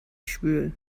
schwül